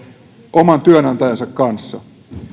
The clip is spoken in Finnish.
oman työnantajansa kanssa